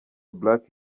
black